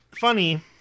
funny